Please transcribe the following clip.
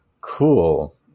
Cool